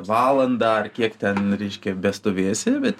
valandą kiek ten reiškia bestovėsi bet